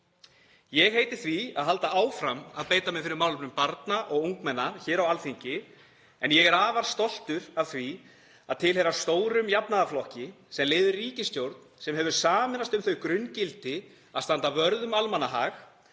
Ég heiti því að halda áfram að beita mér fyrir málefnum barna og ungmenna hér á Alþingi en ég er afar stoltur af því að tilheyra stórum jafnaðarflokki sem leiðir ríkisstjórn sem hefur sameinast um þau grunngildi að standa vörð um almannahag